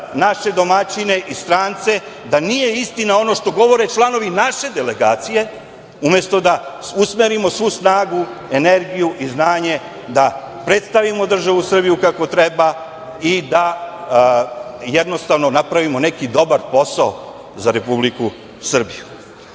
naše domaćine i strance da nije istina ono što govore članovi naše delegacije, umesto da usmerimo svu snagu, energiju i znanje da predstavimo državu Srbiju kako treba i da napravimo neki dobar posao za Republiku Srbiju.